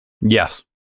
Yes